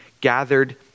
gathered